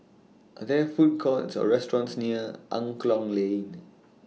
Are There Food Courts Or restaurants near Angklong Lane